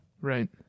Right